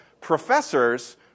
professors